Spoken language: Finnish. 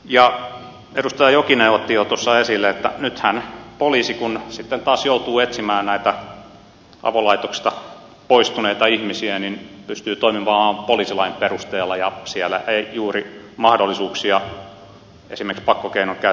edustaja jokinen otti jo tuossa esille että nythän poliisi kun sitten taas joutuu etsimään näitä avolaitoksista poistuneita ihmisiä pystyy toimimaan vain poliisilain perusteella ja siellä ei juuri mahdollisuuksia esimerkiksi pakkokeinojen käyttöön ole